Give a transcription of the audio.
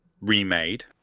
remade